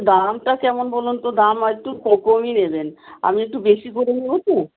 দামটা কেমন বলুন তো দাম আরেকটু কমই নেবেন আমি একটু বেশি করে নেবো তো